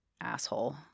asshole